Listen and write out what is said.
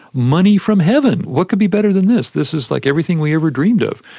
money from heaven. what could be better than this? this is like everything we ever dreamed of.